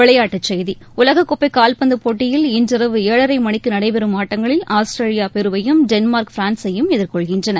விளையாட்டுச் செய்தி உலகக்கோப்பை கால்பந்து போட்டியில் இன்றிரவு ஏழரை மணிக்கு நடைபெறும் ஆட்டங்களில் ஆஸ்திரேலியா பெருவையும் டென்மார்க் பிரான்சையும் எதிர்கொள்கின்றன